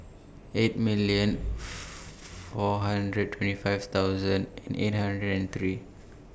eight million four hundred twenty five thousand eight hundred and three